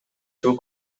two